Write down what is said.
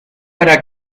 para